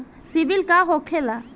सीबील का होखेला?